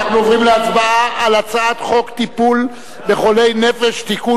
אנחנו עוברים להצבעה על הצעת חוק טיפול בחולי נפש (תיקון